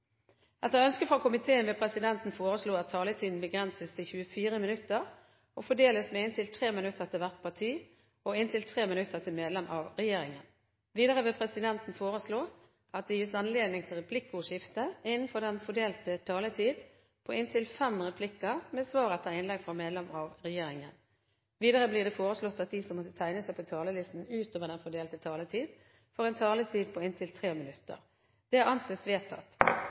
Etter ønske fra energi- og miljøkomiteen vil presidenten foreslå at taletiden begrenses til 24 minutter og fordeles med inntil 3 minutter til hvert parti og inntil 3 minutter til medlem av regjeringen. Videre vil presidenten foreslå at det gis anledning til replikkordskifte på inntil fem replikker med svar etter innlegg fra medlem av regjeringen innenfor den fordelte taletid. Videre blir det foreslått at de som måtte tegne seg på talerlisten utover den fordelte taletid, får en taletid på inntil 3 minutter. – Det anses vedtatt.